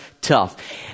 tough